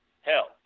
Hell